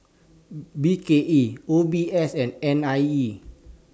B K E O B S and N I E